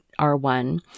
R1